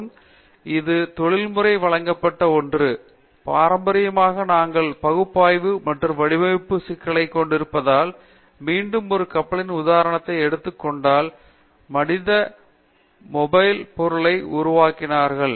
மற்றும் இது தொழில்முறைக்கு வழங்கப்பட்ட ஒன்று பாரம்பரியமாக நாங்கள் பகுப்பாய்வு மற்றும் வடிவமைப்பின் சிக்கலைக் கொண்டிருந்ததால் மீண்டும் ஒரு கப்பலின் உதாரணத்தை எடுத்துக் கொண்டால் மனிதர் மொபைல் பொருளை உருவாக்கினார்